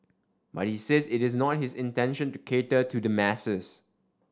but he says it is not his intention to cater to the masses